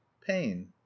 pain